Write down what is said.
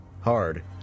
hard